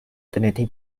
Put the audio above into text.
donating